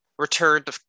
Returned